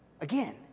Again